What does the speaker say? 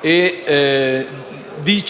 ed evidenzia